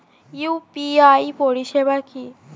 UPI পরিষেবা কি?